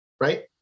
Right